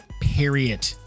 period